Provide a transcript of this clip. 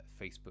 facebook